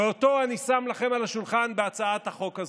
ואותו אני שם לכם על השולחן בהצעת החוק הזאת.